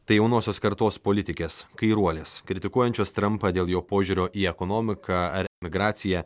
tai jaunosios kartos politikės kairuolės kritikuojančios trampą dėl jo požiūrio į ekonomiką ar migraciją